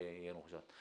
ביאנוח-ג'ת.